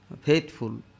faithful